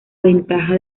ventaja